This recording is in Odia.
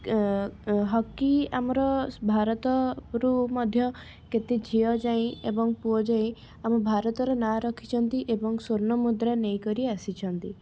ହକି ଆମର ଭାରତ ରୁ ମଧ୍ୟ କେତେ ଝିଅ ଯାଇ ଏବଂ ପୁଅ ଯାଇ ଆମ ଭାରତର ନାଁ ରଖିଛନ୍ତି ଏବଂ ସ୍ୱର୍ଣ୍ଣ ମୁଦ୍ରା ନେଇ କରି ଆସିଛନ୍ତି